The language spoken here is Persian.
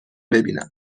ببینم